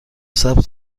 سبز